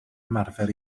ymarfer